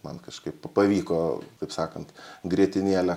man kažkaip pavyko taip sakant grietinėlę